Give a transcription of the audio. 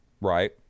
Right